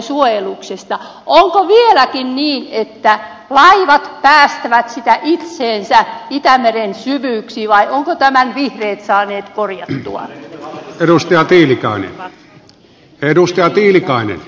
onko vieläkin niin että laivat päästävät sitä itseänsä itämeren syvyyksiin vai ovatko tämän vihreät saaneet pori juuan edustaja tiilikainen perustaa korjattua